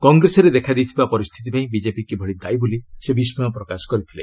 କଂଗ୍ରେସରେ ଦେଖାଦେଇଥିବା ପରିସ୍ଥିତି ପାଇଁ ବିଜେପି କିଭଳି ଦାୟି ବୋଲି ସେ ବିସ୍କୟ ପ୍ରକାଶ କରିଥିଲେ